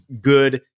good